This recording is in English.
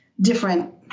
different